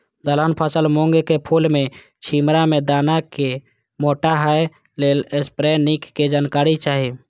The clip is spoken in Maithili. दलहन फसल मूँग के फुल में छिमरा में दाना के मोटा होय लेल स्प्रै निक के जानकारी चाही?